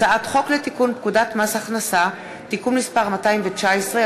הצעת חוק לתיקון פקודת מס הכנסה (מס' 219),